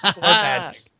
magic